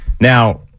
Now